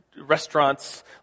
restaurants